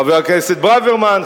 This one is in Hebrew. חבר הכנסת ברוורמן,